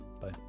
Bye